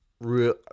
real